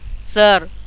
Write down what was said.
Sir